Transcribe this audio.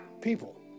people